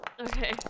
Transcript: Okay